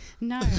no